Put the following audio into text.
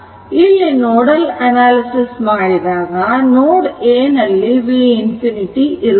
ಇಲ್ಲಿ nodal analysis ಮಾಡಿದಾಗ node A ನಲ್ಲಿ v ∞ ಇರುತ್ತದೆ